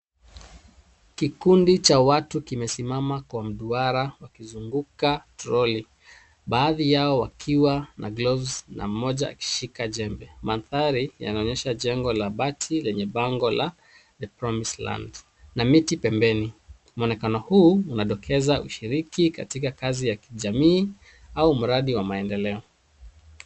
Kikundi cha watu kimesimama kwa duara wakizunguka troli. Baadhi yao wakiwa na gloves na mmoja akishika jembe, manthari yanaonyesha jengo la bati lenye bango la The promised land na miti pembeni. Mwnekano huu unadokeza ushiriki katika kazi ya kijamii au mradi wa maendeleo.